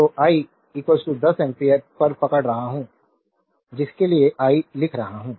तो आई 10 एम्पीयर पर पकड़ रहा हूं जिसके लिए आई लिख रहा हूं